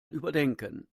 überdenken